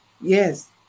Yes